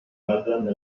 madame